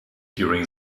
during